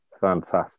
fantastic